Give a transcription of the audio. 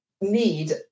need